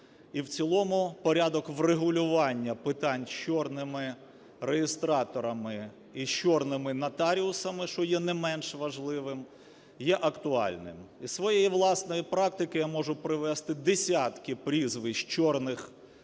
і в цілому порядок врегулювання питань з "чорними" реєстраторами і з "чорними" нотаріусами, що є не менш важливим, є актуальним. Із своєї власної практики я можу привести десятки прізвищ "чорних" нотаріусів,